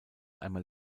einmal